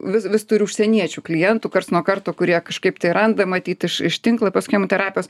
vis vis turiu užsieniečių klientų karts nuo karto kurie kažkaip tai randa matyt iš iš tinklapio schemų terapijos